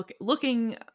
looking